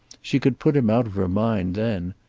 she could put him out of her mind, then.